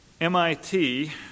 MIT